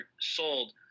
sold